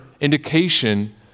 indication